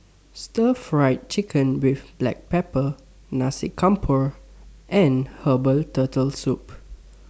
Stir Fried Chicken with Black Pepper Nasi Campur and Herbal Turtle Soup